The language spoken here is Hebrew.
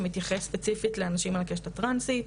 שמתייחס ספציפית לאנשים מהקשת הטרנסית,